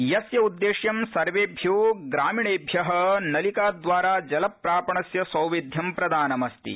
यस्य उद्देश्यं सर्वेभ्यो ग्राम वास्त्वयेभ्यो नलिकाद्वारा जल प्रापणस्य सौविध्यं प्रदानमस्ति